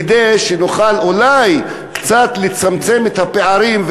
כדי שנוכל אולי קצת לצמצם את הפערים,